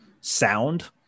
sound